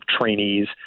trainees